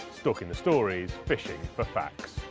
stalking the stories. fishing for facts.